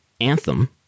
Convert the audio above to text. Anthem